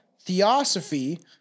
theosophy